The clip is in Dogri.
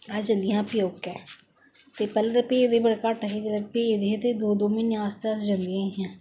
अस जंदियां हा प्योके पैहलें ते भेजदे गै बड़ा घट्ट हे अगर भेजदे हे ते दो दो म्हीने आस्तै अस जंदियां हियां